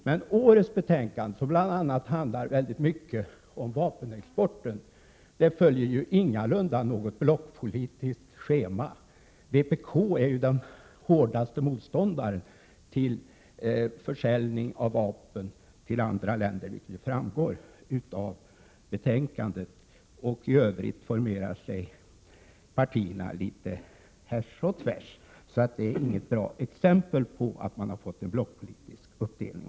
Men årets betänkande, som bl.a. handlar väldigt mycket om vapenexporten, följer ingalunda ett blockpolitiskt schema. Vpk är den hårdaste motståndaren till försäljning av vapen till andra länder, vilket framgår av betänkandet. I övrigt formerar sig partierna litet härs och tvärs. Så det är inget exempel på att man har fått en blockpolitisk uppdelning.